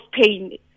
pain